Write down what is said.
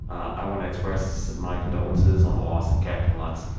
i wanna express my condolences on the loss of captain lutz.